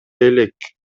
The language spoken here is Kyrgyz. элек